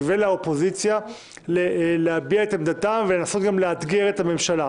ולאופוזיציה להביע את עמדתה ולנסות לאתגר את הממשלה.